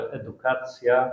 edukacja